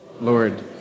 Lord